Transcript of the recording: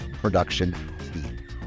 production